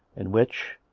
in which,